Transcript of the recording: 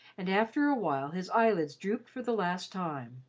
and after a while his eyelids drooped for the last time.